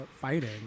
fighting